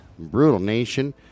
BrutalNation